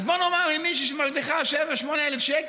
אז בוא נאמר, אם מישהי מרוויחה 7,000, 8,000 שקל,